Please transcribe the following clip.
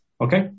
Okay